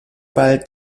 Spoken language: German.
bald